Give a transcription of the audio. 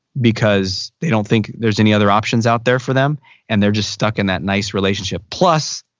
because they don't think there's any other options out there for them and they're just stuck in that nice relationship. plus,